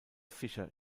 fischer